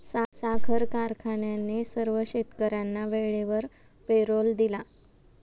साखर कारखान्याने सर्व शेतकर्यांना वेळेवर पेरोल दिला